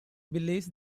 believes